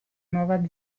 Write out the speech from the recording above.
nuova